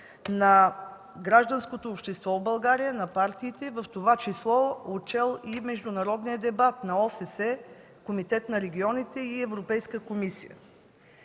на гражданското общество в България, на партиите, в това число отчел и международния дебат на ОССЕ – Комитет на регионите и Европейската комисия.